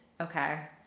Okay